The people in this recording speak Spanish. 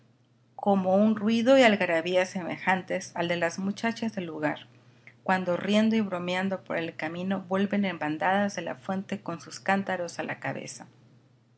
como un ruido y algarabía semejantes al de las muchachas del lugar cuando riendo y bromeando por el camino vuelven en bandadas de la fuente con sus cántaros a la cabeza